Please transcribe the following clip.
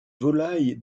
volaille